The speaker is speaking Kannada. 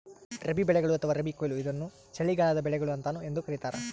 ರಬಿ ಬೆಳೆಗಳು ಅಥವಾ ರಬಿ ಕೊಯ್ಲು ಇದನ್ನು ಚಳಿಗಾಲದ ಬೆಳೆಗಳು ಅಂತಾನೂ ಎಂದೂ ಕರೀತಾರ